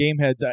Gameheads